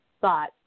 thought